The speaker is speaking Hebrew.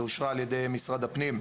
שאושרה על ידי משרד הפנים,